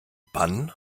bannen